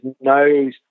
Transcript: no